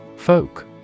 Folk